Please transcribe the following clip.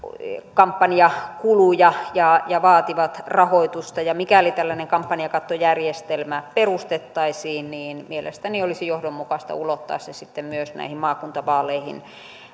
kampanjakuluja ja ja vaativat rahoitusta mikäli tällainen kampanjakattojärjestelmä perustettaisiin niin mielestäni olisi johdonmukaista ulottaa se myös näihin maakuntavaaleihin